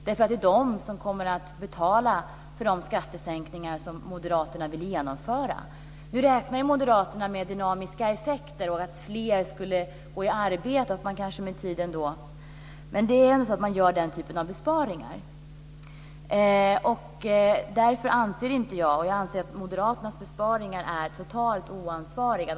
Det är de som kommer att betala för de skattesänkningar som moderaterna vill genomföra. Nu räknar moderaterna med dynamiska effekter och att fler kommer i arbete med tiden. Det är en sak när man gör den typen av besparingar. Därför anser jag att moderaternas besparingar är totalt oansvariga.